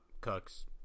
Cooks